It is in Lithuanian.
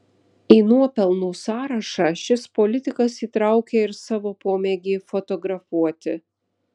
į nuopelnų sąrašą šis politikas įtraukė ir savo pomėgį fotografuoti